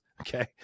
Okay